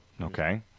Okay